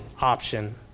option